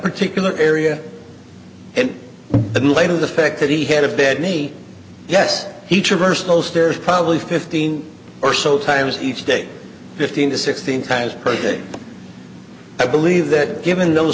particular area and in light of the fact that he had a bad knee yes he traversed those stairs probably fifteen or so times each day fifteen to sixteen times per day i believe that given th